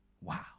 Wow